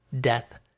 death